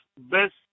best